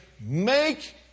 make